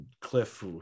Cliff